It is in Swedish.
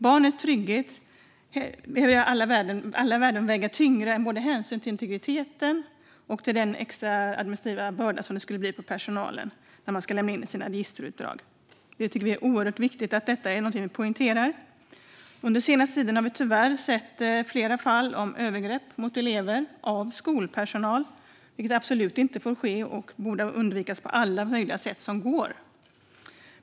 Barnens trygghet behöver väga tyngre än både hänsyn till integriteten för den vuxne och den extra administrativa börda som det blir för personalen när man ska lämna in sina registerutdrag. Det tycker vi är oerhört viktigt och är någonting vi poängterar. Under den senaste tiden har vi tyvärr sett flera fall av övergrepp mot elever begångna av skolpersonal, vilket absolut inte får ske och borde undvikas på alla sätt som går.